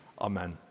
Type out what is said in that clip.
Amen